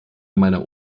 meiner